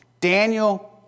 Daniel